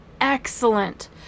excellent